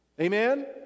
Amen